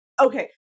okay